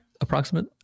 Approximate